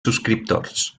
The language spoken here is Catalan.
subscriptors